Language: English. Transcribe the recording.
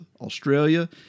Australia